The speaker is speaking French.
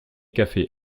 café